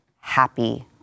happy